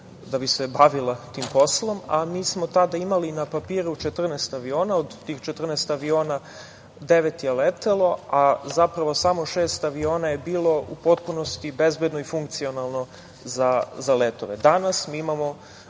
da bi se bavila tim poslom, a mi smo tada imali na papiru 14 aviona. Od tih 14 aviona, devet je letelo, a zapravo samo šest aviona je bilo u potpunosti bezbedno i funkcionalno za letove. Danas mi imamo